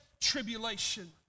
Tribulation